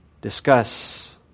discuss